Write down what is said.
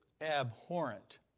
abhorrent